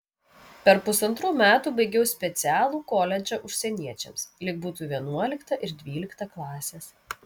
per pusantrų metų baigiau specialų koledžą užsieniečiams lyg būtų vienuolikta ir dvylikta klasės